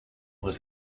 was